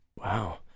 wow